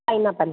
pineapple